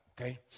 okay